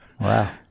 wow